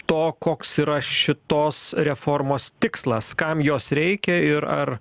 to koks yra šitos reformos tikslas kam jos reikia ir ar